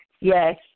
Yes